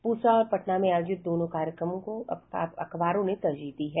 पूसा और पटना में आयोजित दोनों कार्यक्रम को अखबारों ने तरजीह दी है